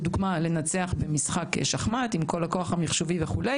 לדוגמה לנצח במשחק שחמט עם כל הכוח המחשובי וכו'.